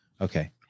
Okay